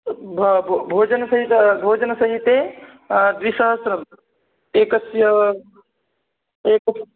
भोजनसहितं भोजनसहिते द्विसहस्रम् एकस्य एकम्